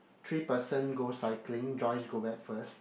three person go cycling Joyce go back first